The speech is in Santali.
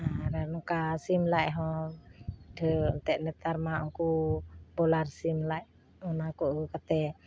ᱟᱨᱚ ᱱᱚᱠᱟ ᱥᱤᱢ ᱞᱟᱡ ᱦᱚᱸ ᱯᱤᱴᱷᱟᱹ ᱮᱱᱛᱮᱫ ᱱᱮᱛᱟᱨ ᱢᱟ ᱩᱱᱠᱩ ᱯᱚᱞᱟᱨ ᱥᱤᱢ ᱞᱟᱡᱽ ᱚᱱᱟ ᱠᱚ ᱟᱹᱜᱩ ᱠᱟᱛᱮ